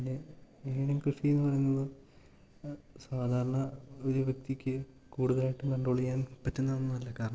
പിന്നെ ഈയിനം കൃഷി എന്ന് പറയുന്നത് സാധാരണ ഒരു വ്യക്തിക്ക് കൂടുതലായിട്ടും കണ്ട്രോൾ ചെയ്യാൻ പറ്റുന്നതൊന്നുവല്ല കാരണം